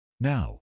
Now